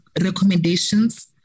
recommendations